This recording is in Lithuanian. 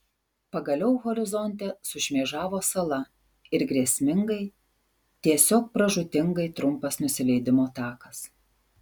pagaliau horizonte sušmėžavo sala ir grėsmingai tiesiog pražūtingai trumpas nusileidimo takas